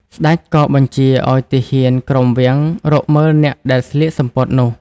ស្ដេចក៏បញ្ជាឱ្យទាហានក្រុមវាំងរកមើលអ្នកដែលស្លៀកសំពត់នោះ។